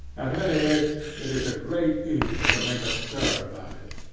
at any rate, it is a great evil to make a stir about it.